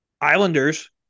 Islanders